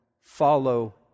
follow